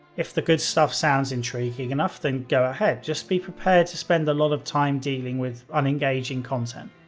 if the good stuff sounds intriguing enough then go ahead, just be prepared to spend a lot of time dealing with unengaging content.